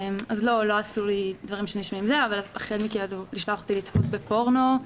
אז לא עשו לי דברים שנשמעים נורא אבל נשלחתי לצפות בפורנו,